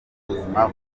ubuzima